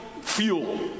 fuel